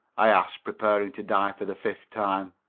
i asked, preparing to die for the fifth time.